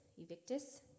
evictus